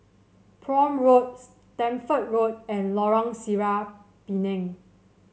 Prome Road Stamford Road and Lorong Sireh Pinang